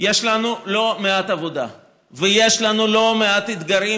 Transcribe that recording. יש לנו לא מעט עבודה ויש לנו לא מעט אתגרים,